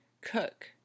cook